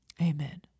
Amen